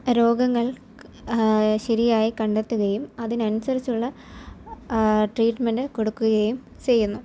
രോഗങ്ങൾ ശരിയായി കണ്ടെത്തുകയും അതിനനുസരിച്ചുള്ള ട്രീറ്റ്മെൻറ്റ് കൊടുക്കുകയും ചെയ്യുന്നു